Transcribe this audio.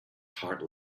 heart